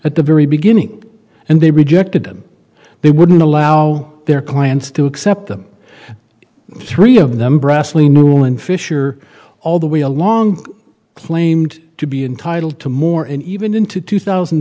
at the very beginning and they rejected them they wouldn't allow their clients to accept them three of them brusquely newland fisher all the way along claimed to be entitled to more and even into two thousand